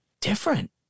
different